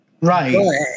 Right